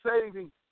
saving